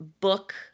book